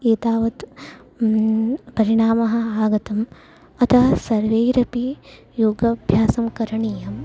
एतावत् परिणामम् आगतम् अतः सर्वैरपि योगाभ्यासं करणीयम्